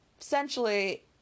essentially